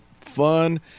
fun